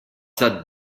that